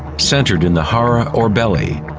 centered in the hara, or belly.